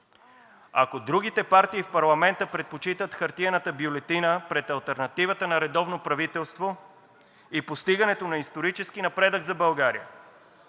Ако другите партии в парламента предпочитат хартиената бюлетина пред алтернативата на редовно правителство и постигането на исторически напредък за България,